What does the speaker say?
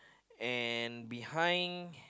and behind